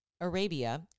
Arabia